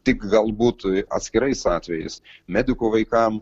tik galbūt atskirais atvejais medikų vaikam